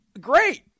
Great